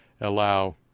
allow